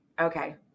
Okay